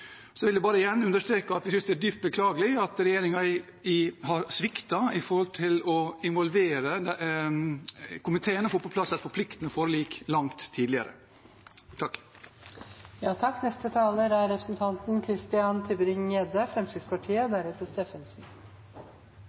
Så vil jeg gjerne understreke at vi synes det er dypt beklagelig at regjeringen har sviktet når det gjelder å involvere komiteen og få på plass et forpliktende forlik langt tidligere.